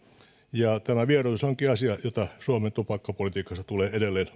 ja tämä vieroitus onkin asia jota suomen tupakkapolitiikassa tulee edelleen